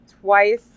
Twice